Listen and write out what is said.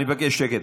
אני מבקש שקט.